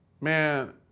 Man